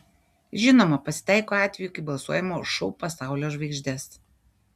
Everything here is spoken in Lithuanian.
žinoma pasitaiko atvejų kai balsuojama už šou pasaulio žvaigždes